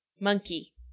Monkey